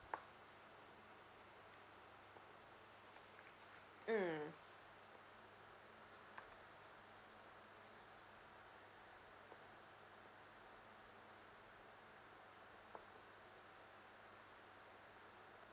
mm